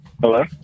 hello